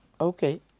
Okay